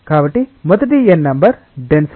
కాబట్టి మొదటి n number density